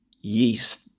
yeast